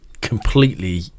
completely